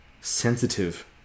sensitive